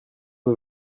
vos